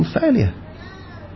failure